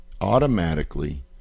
automatically